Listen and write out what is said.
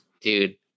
Dude